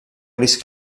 gris